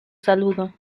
saludo